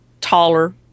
taller